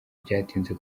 byatinze